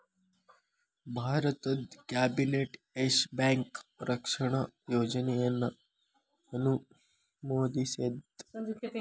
ಭಾರತದ್ ಕ್ಯಾಬಿನೆಟ್ ಯೆಸ್ ಬ್ಯಾಂಕ್ ರಕ್ಷಣಾ ಯೋಜನೆಯನ್ನ ಅನುಮೋದಿಸೇದ್